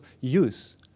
use